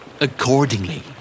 Accordingly